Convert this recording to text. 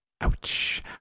ouch